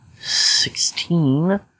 sixteen